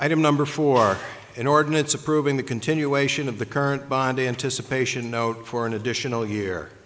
item number for an ordinance approving the continuation of the current body anticipation note for an additional year